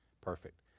perfect